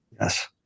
Yes